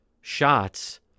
shots